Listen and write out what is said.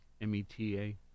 M-E-T-A